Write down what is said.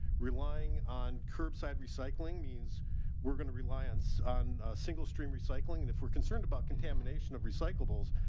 relying on curbside recycling means we're going to rely on, so on a single stream recycling. and if we're concerned about contamination of recyclables,